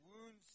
wounds